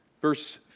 Verse